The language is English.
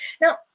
Now